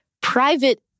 private